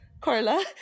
Carla